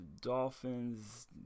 dolphins